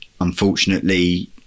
unfortunately